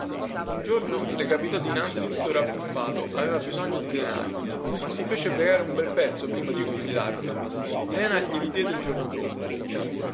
un giorno le capitò dinanzi tutto rabbuffato aveva bisogno di denari ma si fece pregare un bel pezzo prima di confidarglielo lena glieli diede il giorno dopo